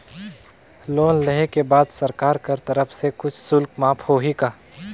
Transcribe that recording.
Loan लेहे के बाद सरकार कर तरफ से कुछ शुल्क माफ होही का?